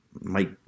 Mike